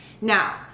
now